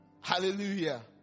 Hallelujah